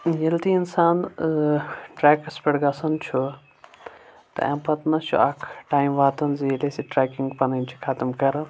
ییٚلہِ تہِ اِنسان ٹرٛٮ۪کَس پٮ۪ٹھ گَژھان چُھ تہٕ اَمہِ پَتہٕ نَہ چُھ اَکھ ٹایِم واتان زِ ییٚلہِ أسۍ پَنٕنۍ ٹرٛیکِنٛگ پَنٕنۍ چھِ خَتم کَران